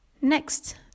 Next